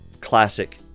classic